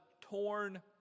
torn